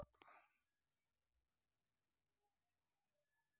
మిరప పంటకు ఎర్ర నేలలు బాగుంటాయా?